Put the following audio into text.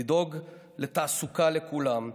לדאוג לתעסוקה לכולם,